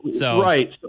Right